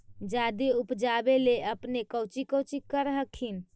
जादे उपजाबे ले अपने कौची कौची कर हखिन?